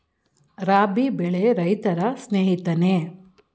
ರಾಬಿ ಬೆಳೆ ರೈತರ ಸ್ನೇಹಿತನೇ?